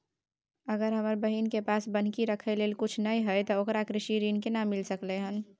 अगर हमर बहिन के पास बन्हकी रखय लेल कुछ नय हय त ओकरा कृषि ऋण केना मिल सकलय हन?